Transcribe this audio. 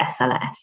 sls